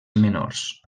menors